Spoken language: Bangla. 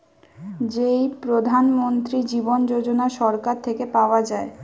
যেই প্রধান মন্ত্রী জীবন যোজনা সরকার থেকে পাওয়া যায়